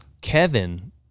Kevin